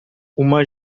uma